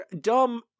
Dumb